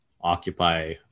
occupy